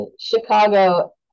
Chicago